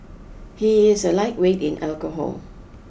he is a lightweight in alcohol